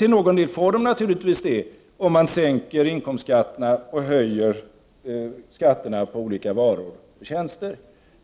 Till någon del får de naturligtvis det, om man sänker inkomstskatterna och höjer skatterna på olika varor och tjänster,